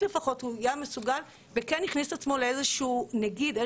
לפחות הוא היה מסוגל וכן הכניס את עצמו לאיזושהי מעטפת,